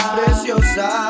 Preciosa